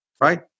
right